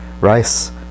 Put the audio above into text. rice